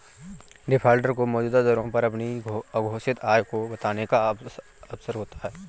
defaulter को मौजूदा दरों पर अपनी अघोषित आय को बताने का अवसर होता है